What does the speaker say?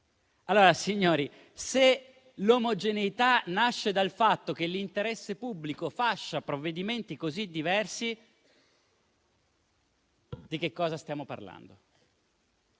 Colleghi, se l'omogeneità nasce dal fatto che l'interesse pubblico fascia provvedimenti così diversi, di che cosa stiamo parlando?